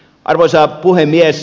arvoisa puhemies